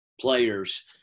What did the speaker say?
players